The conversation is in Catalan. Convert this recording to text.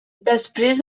després